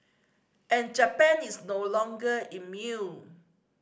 and Japan is no longer immune